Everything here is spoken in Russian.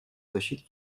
защите